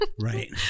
Right